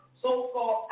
so-called